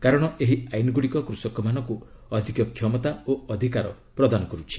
କାରଣ ଏହି ଆଇନ୍ଗୁଡ଼ିକ କୃଷକମାନଙ୍କୁ ଅଧିକ କ୍ଷମତା ଓ ଅଧିକାର ପ୍ରଦାନ କରୁଛି